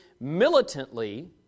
militantly